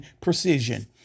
precision